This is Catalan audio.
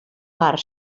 part